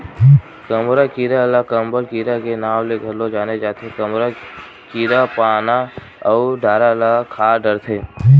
कमरा कीरा ल कंबल कीरा के नांव ले घलो जाने जाथे, कमरा कीरा पाना अउ डारा ल खा डरथे